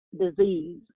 disease